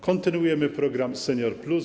Kontynuujemy program „Senior+”